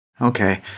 Okay